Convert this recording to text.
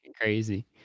crazy